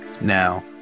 Now